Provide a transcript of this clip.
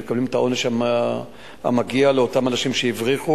הם מקבלים את העונש המגיע לאותם אנשים שהבריחו,